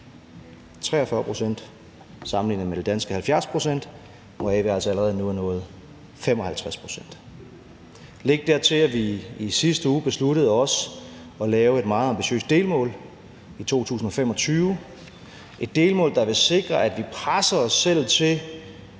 43 pct. sammenlignet med det danske på 70 pct., hvoraf vi altså allerede nu har nået 55 pct. Læg dertil, at vi i sidste uge også besluttede at lave et meget ambitiøst delmål i 2025; et delmål, der vil sikre, at vi presser os selv til